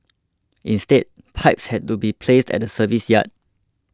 instead pipes had to be placed at the service yard